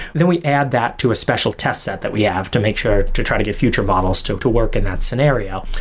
then we add that to a special test set that we have to make sure to try to get future models to to work in that scenario,